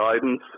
guidance